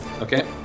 Okay